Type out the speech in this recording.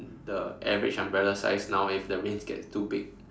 the average umbrella size now if the rain gets too big